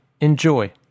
Enjoy